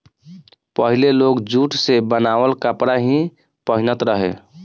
पहिले लोग जुट से बनावल कपड़ा ही पहिनत रहे